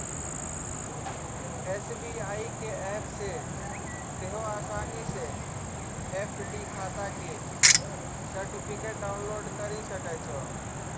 SBI के app से तोंहें असानी से एफ.डी खाता के सर्टिफिकेट डाउनलोड करि सकै छो